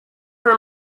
were